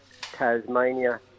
Tasmania